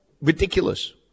ridiculous